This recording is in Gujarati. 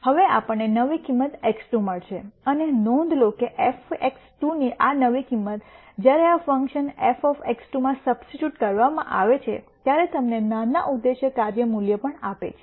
હવે આપણને નવી કિંમત x2 મળશે અને નોંધ લો કે fx2 ની આ નવી કિંમત જ્યારે આ ફંક્શન f માં સબ્સ્ટિટૂટ કરવા માં આવે છે ત્યારે તમને નાના ઉદ્દેશ્ય કાર્ય મૂલ્ય પણ આપે છે